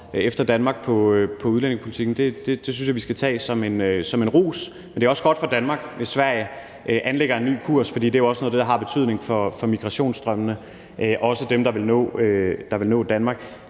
efter Danmark i forhold til udlændingepolitikken. Det synes jeg vi skal tage som en ros. Men det er også godt for Danmark, hvis Sverige anlægger en ny kurs, for det er jo også noget af det, der har betydning for migrationsstrømmene, også dem, der vil nå Danmark.